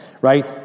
right